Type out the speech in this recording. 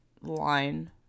line